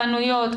חנויות,